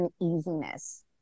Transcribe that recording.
uneasiness